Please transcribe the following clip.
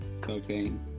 cocaine